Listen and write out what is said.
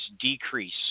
decrease